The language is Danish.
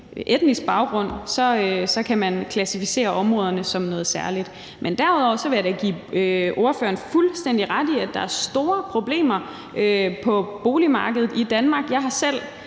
etnisk baggrund, så kan man klassificere områderne som noget særligt. Men derudover vil jeg da give spørgeren fuldstændig ret i, at der er store problemer på boligmarkedet i Danmark.